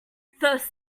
first